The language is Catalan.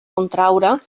contraure